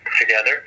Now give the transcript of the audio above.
together